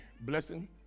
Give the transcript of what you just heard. blessing